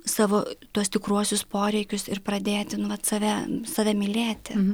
savo tuos tikruosius poreikius ir pradėti nu vat save save mylėti